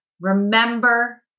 remember